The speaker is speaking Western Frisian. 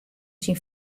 syn